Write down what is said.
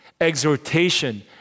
exhortation